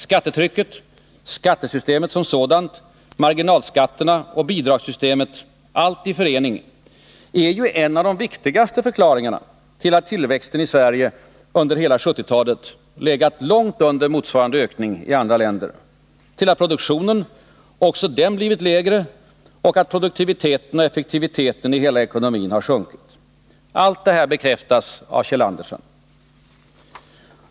Skattetrycket, skattesystemet som sådant, marginalskatterna och bidragssystemet, allt i förening, är ju en av de viktigaste förklaringarna till att tillväxten i Sverige under hela 1970-talet legat långt under motsvarande ökning i andra länder, till att också produktionen blivit lägre och att produktiviteten och effektiviteten i hela ekonomin sjunkit. Allt detta bekräftas av Kjeld Andersen.